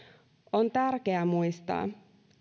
on tärkeää muistaa